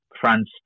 France